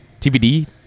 TBD